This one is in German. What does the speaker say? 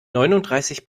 neununddreißig